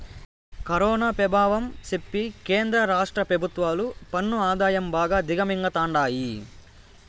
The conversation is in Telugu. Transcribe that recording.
కరోనా పెభావం సెప్పి కేంద్ర రాష్ట్ర పెభుత్వాలు పన్ను ఆదాయం బాగా దిగమింగతండాయి